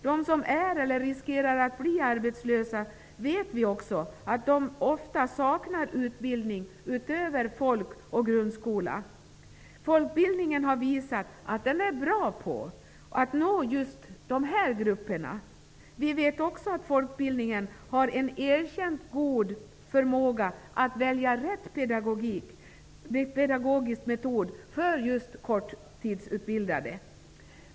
De som är eller riskerar att bli arbetslösa saknar, det vet vi, ofta utbildning utöver folk och grundskola. Folkbildningen har visat att den är bra på att nå just dessa grupper. Vi vet också att folkbildningen har en erkänt god pedagogisk metod för just korttidsutbildade.